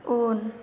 उन